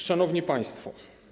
Szanowni Państwo!